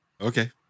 Okay